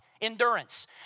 Endurance